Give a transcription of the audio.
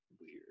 weird